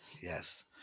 Yes